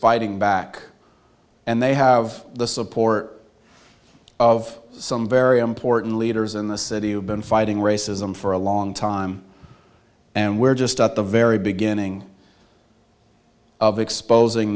fighting back and they have the support of some very important leaders in the city have been fighting racism for a long time and we're just at the very beginning of exposing